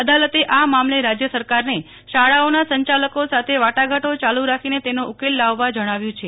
અદાલતે આ મામલે રાજય સરકારને શાળાઓના સંચાલકો સાથે વાટાઘાટો ચાલુ રાખીને તેનો ઉકેલ લાવવા જણાવ્યું છે